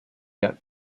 yet